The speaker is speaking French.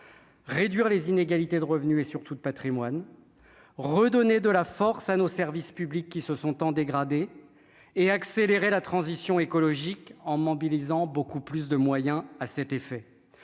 réduire les inégalités de revenus et surtout de Patrimoine, redonner de la force à nos services publics qui se sont tant dégradée et accélérer la transition écologique en mobilisant beaucoup plus de moyens à cet effet,